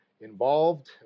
involved